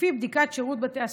לפי בדיקת שירות בתי הסוהר,